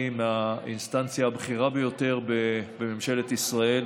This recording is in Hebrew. מהאינסטנציה הבכירה ביותר בממשלת ישראל,